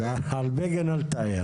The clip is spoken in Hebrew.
אז על בגין אל תעיר.